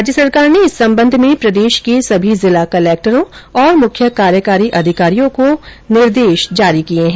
राज्य सरकार ने इस संबंध में प्रदेश के सभी जिला कलेक्टरों और मुख्य कार्यकारी अधिकारियों को निर्देश जारी किए हैं